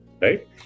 right